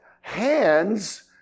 hands